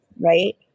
right